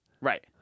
right